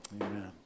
Amen